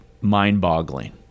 mind-boggling